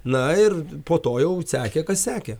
na ir po to jau sekė kas sekė